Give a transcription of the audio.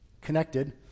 connected